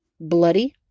Bloody